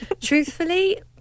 Truthfully